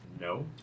No